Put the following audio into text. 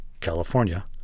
California